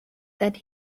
that